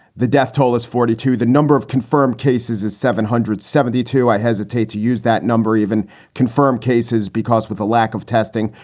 the death toll is forty two. the number of confirmed cases is seven hundred and seventy two. i hesitate to use that number, even confirmed cases, because with a lack of testing,